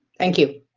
thank you.